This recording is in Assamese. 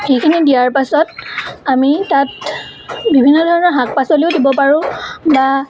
সেইখিনি দিয়াৰ পাছত আমি তাত বিভিন্ন ধৰণৰ শাক পাচলিও দিব পাৰোঁ বা